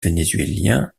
vénézuélien